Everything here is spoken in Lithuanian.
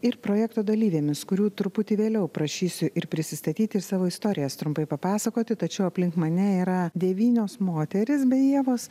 ir projekto dalyvėmis kurių truputį vėliau prašysiu ir prisistatyti ir savo istorijas trumpai papasakoti tačiau aplink mane yra devynios moterys be ievos